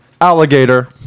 alligator